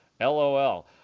LOL